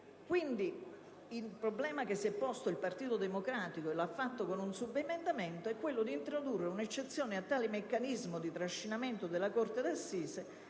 Quindi, il problema che si è posto il Partito Democratico - e per questo è intervenuto con un subemendamento - è di introdurre una eccezione a tale meccanismo di trascinamento della corte d'assise,